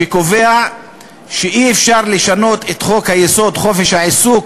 שקובע שאי-אפשר לשנות את חוק-היסוד: חופש העיסוק,